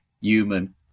human